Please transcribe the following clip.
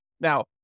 Now